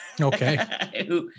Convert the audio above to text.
Okay